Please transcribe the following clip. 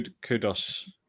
Kudos